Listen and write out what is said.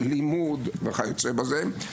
לימוד וכיוצא בזה.